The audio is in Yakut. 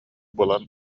булан